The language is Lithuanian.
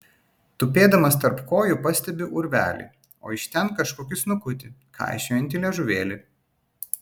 tupėdamas tarp kojų pastebiu urvelį o iš ten kažkokį snukutį kaišiojantį liežuvėlį